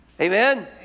Amen